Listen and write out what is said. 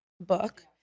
book